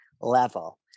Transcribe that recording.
level